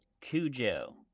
Cujo